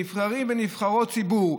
נבחרי ונבחרות ציבור.